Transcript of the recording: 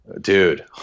Dude